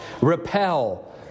repel